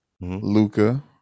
Luca